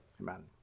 Amen